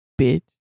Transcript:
Bitch